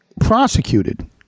prosecuted